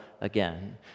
again